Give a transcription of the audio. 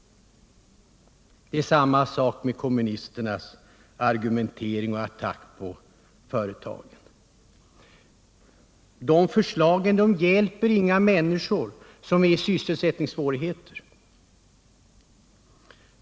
Det är samma sak med kommunisternas argumentering och attacker mot företagen. De förslagen hjälper inga människor med sysselsättningssvårigheter.